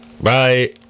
Bye